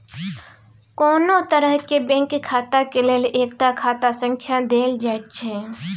कोनो तरहक बैंक खाताक लेल एकटा खाता संख्या देल जाइत छै